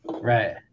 Right